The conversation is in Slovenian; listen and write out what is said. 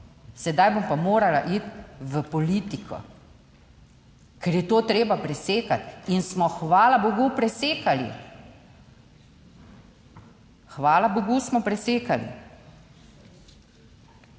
sedaj bom pa morala iti v politiko, ker je to treba presekati, in smo, hvala bogu, presekali. Hvala bogu smo presekali,